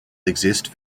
exist